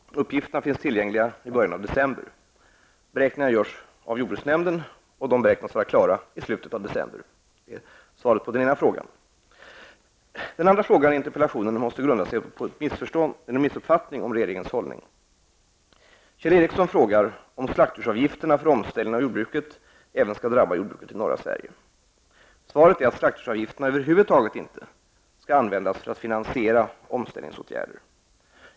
Uppgifterna finns tillgängliga i början av december. Beräkningarna görs av jordbruksnämnden och beräknas vara klara i slutet av december. Den andra frågan i interpellationen måste grunda sig på en missuppfattning av regeringens hållning. Kjell Ericsson frågar om slaktdjursavgifterna för omställningen av jordbruket även skall drabba jordbruket i norra Sverige. Svaret är att slaktdjursavgifterna över huvud taget inte skall användas för att finansiera omställningsåtgärder.